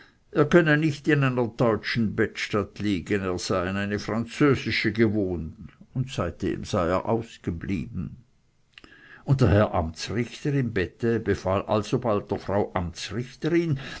er könne nicht in einer deutschen bettstatt liegen er sei an eine französische gewohnt und seitdem sei er ausgeblieben und der herr amtsrichter im bette befahl alsobald der frau amtsrichterin